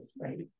Right